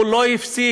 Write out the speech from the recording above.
הוא לא הפסיק.